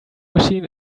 machine